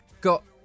got